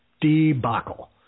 debacle